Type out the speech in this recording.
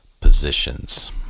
positions